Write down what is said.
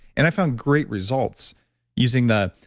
and i found great results using that.